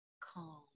calm